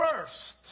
first